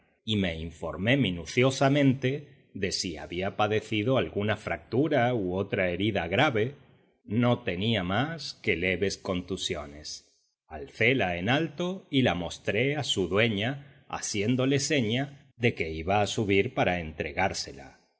y me informé minuciosamente de si había padecido alguna fractura u otra herida grave no tenía más que leves contusiones alcela en alto y la mostré a su dueño haciéndole seña de que iba a subir para entregársela